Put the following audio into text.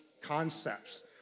concepts